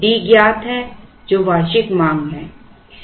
D ज्ञात है जो वार्षिक मांग है